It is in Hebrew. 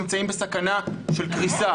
נמצאים בסכנה של קריסה.